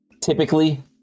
typically